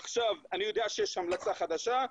עכשיו אני יודע שיש המלצה חדשה,